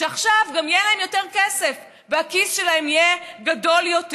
שעכשיו גם יהיה להם יותר כסף והכיס שלהם יהיה גדול יותר.